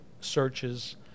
searches